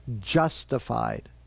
justified